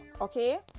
okay